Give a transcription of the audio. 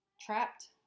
trapped